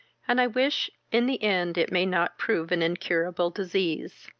and i wish in the end it may not prove an incurable disease.